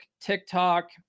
TikTok